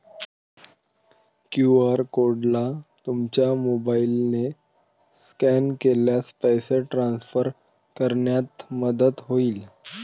QR कोडला तुमच्या मोबाईलने स्कॅन केल्यास पैसे ट्रान्सफर करण्यात मदत होईल